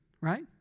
right